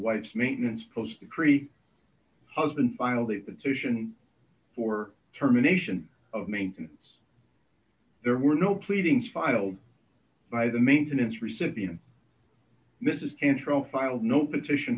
white's maintenance post the creek husband finally the decision for termination of maintenance there were no pleadings filed by the maintenance recipient mrs antro filed no petition